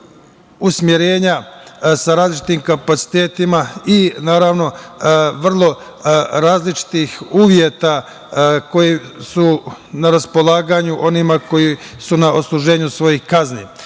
usmerena, sa različitim kapacitetima i naravno vrlo različitih uslova koji su na raspolaganju onima koji su na odsluženju svojih kazni. Danas